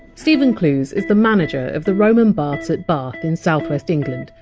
stephen clews is the manager of the roman baths at bath in southwest england,